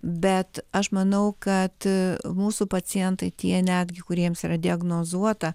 bet aš manau kad mūsų pacientai tie netgi kuriems yra diagnozuota